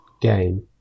game